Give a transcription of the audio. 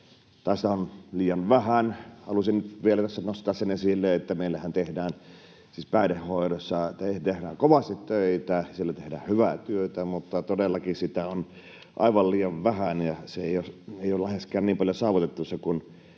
sitä on liian vähän. Halusin vielä tässä nostaa esille sen, että meillähän päihdehoidossa tehdään kovasti töitä. Siellä tehdään hyvää työtä, mutta todellakin sitä on aivan liian vähän ja se ei ole läheskään niin paljon saavutettavissa kuin